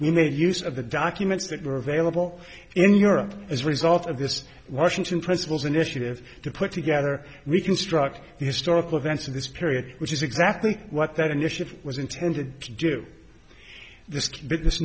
made use of the documents that were available in europe as a result of this washington principles initiative to put together we construct historical events of this period which is exactly what that initiative was intended to do this